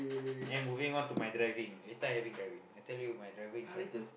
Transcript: then moving on to my driving later I having driving I tell you my driving instructor